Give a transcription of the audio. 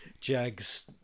Jag's